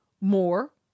more